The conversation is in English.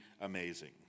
amazing